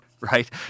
Right